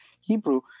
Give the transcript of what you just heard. Hebrew